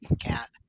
cat